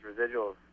residuals